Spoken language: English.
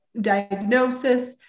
diagnosis